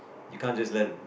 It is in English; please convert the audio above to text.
you can't just left the room